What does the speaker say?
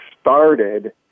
started